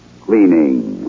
cleaning